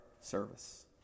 service